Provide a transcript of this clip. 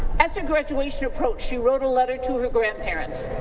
as her graduation approached, she wrote a letter to her grandparents.